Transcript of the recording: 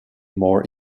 more